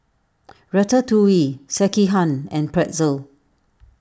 Ratatouille Sekihan and Pretzel